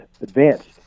advanced